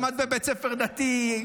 למד בבית ספר דתי,